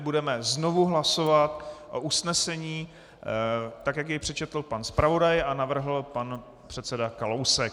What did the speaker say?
Budeme tedy znovu hlasovat o usnesení tak, jak jej přečetl pan zpravodaj a navrhl pan předseda Kalousek.